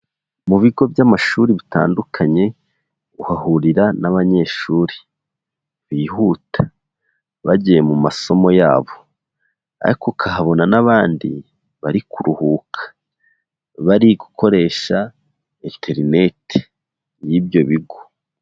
Mu bigo by'amashuri bitandukanye, uhahurira n'abanyeshuri bihuta, bagiye mu masomo yabo ariko ukahabona n'abandi bari kuruhuka, bari gukoresha interineti y'ibyo bigo.